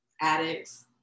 addicts